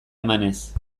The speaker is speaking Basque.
emanez